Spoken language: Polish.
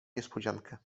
niespodziankę